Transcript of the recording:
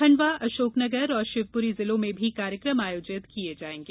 खंडवा अशोकनगर और शिवपुरी जिलों में भी कार्यक्रम आयोजित किये जायेंगे